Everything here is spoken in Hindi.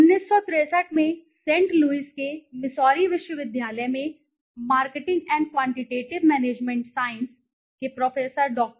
1963 में सेंट लुइस के मिसौरी विश्वविद्यालय में marketing and quantitative management science के प्रोफेसर डॉ